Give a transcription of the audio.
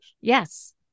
Yes